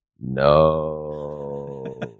No